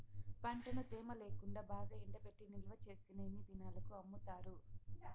పంటను తేమ లేకుండా బాగా ఎండబెట్టి నిల్వచేసిన ఎన్ని దినాలకు అమ్ముతారు?